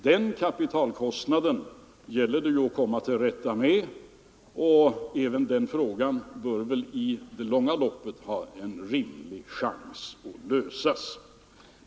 Den kapitalkostnaden gäller det att komma till rätta med, och i det långa loppet finns väl en rimlig chans till detta.